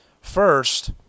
first